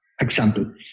example